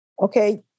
okay